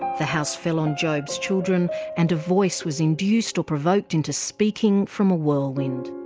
the house fell on job's children and a voice was induced or provoked into speaking from a whirlwind.